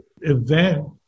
event